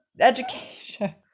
education